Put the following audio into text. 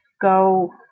Go